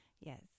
Yes